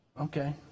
Okay